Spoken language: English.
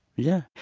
yeah.